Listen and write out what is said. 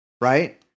right